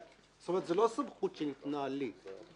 זו לא סמכות שניתנה לי.